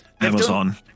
Amazon